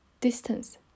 distance